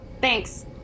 Thanks